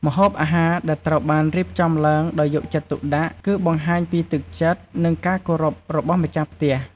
ម្ហូបអាហារដែលត្រូវបានរៀបចំឡើងដោយយកចិត្តទុកដាក់ គឺបង្ហាញពីទឹកចិត្ត និងការគោរពរបស់ម្ចាស់ផ្ទះ។